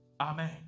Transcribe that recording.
amen